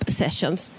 sessions